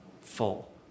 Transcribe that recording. full